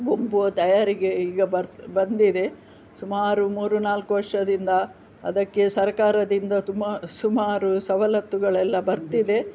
ಗುಂಪು ತಯಾರಿಗೆ ಈಗ ಬರ್ತಾ ಬಂದಿದೆ ಸುಮಾರು ಮೂರು ನಾಲ್ಕು ವರ್ಷದಿಂದ ಅದಕ್ಕೆ ಸರ್ಕಾರದಿಂದ ತುಮಾ ಸುಮಾರು ಸವಲತ್ತುಗಳೆಲ್ಲ ಬರ್ತಿದೆ